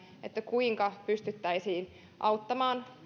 kuinka pystyttäisiin auttamaan